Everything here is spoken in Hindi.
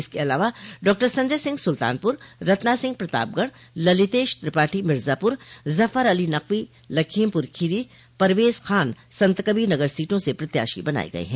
इसके अलावा डॉक्टर संजय सिंह सुल्तानपुर रत्ना सिंह प्रतापगढ़ ललितेश त्रिपाठी मिर्जापुर जफ़र अली नकवी लखीमपुर खीरी परवेज खान संतकबीरनगर सीटों से प्रत्याशी बनाये गये हैं